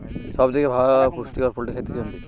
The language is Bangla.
সব থেকে ভালো পুষ্টিকর পোল্ট্রী খাদ্য কোনটি?